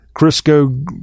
crisco